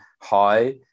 high